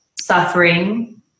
suffering